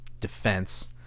defense